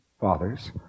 fathers